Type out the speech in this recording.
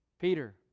Peter